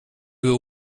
were